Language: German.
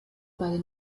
bei